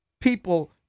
people